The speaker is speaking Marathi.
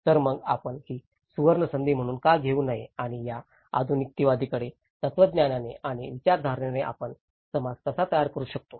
तर मग आपण ही सुवर्णसंधी म्हणून का घेऊ नये आणि या आधुनिकतावादी तत्वज्ञानाने आणि विचारधाराने आपण समाज कसा तयार करू शकतो